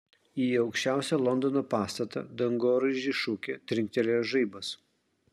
į aukščiausią londono pastatą dangoraižį šukė trinktelėjo žaibas